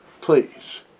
please